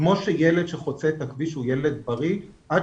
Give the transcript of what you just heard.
זה כמו שילד שחוצה את הכביש הוא ילד בריא עד